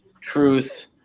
truth